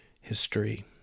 history